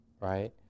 right